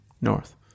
north